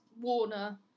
Warner